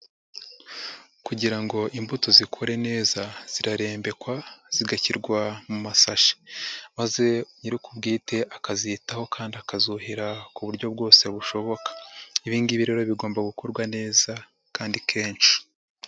Kugira ngo imbuto zikure neza zirarembekwa zigashyirwa mu masashe maze nyiri ubwite akazitaho kandi akazuhira ku buryo bwose bushoboka, ibi ngibi rero bigomba gukorwa neza kandi kenshi.